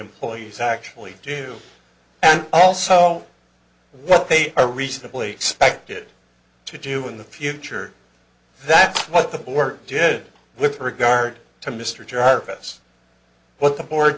employees actually do and also what they are reasonably expected to do in the future that's what the board did with regard to mr jarvis what the board